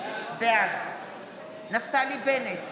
בעד נפתלי בנט,